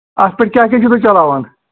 اَتھ پٮ۪ٹھ کیٛاہ کیاہ چھُو تُہۍ چَلاوان